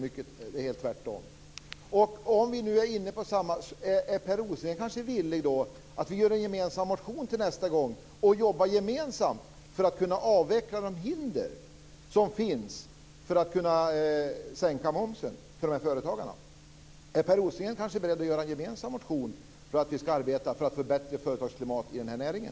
Per Rosengren kanske vill att vi gör en gemensam motion till nästa gång och jobbar gemensamt för att kunna avveckla de hinder som finns för en sänkning av momsen för de här företagarna. Är Per Rosengren beredd att skriva en gemensam motion för att vi skall arbeta för att förbättra företagsklimatet i den här näringen?